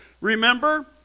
remember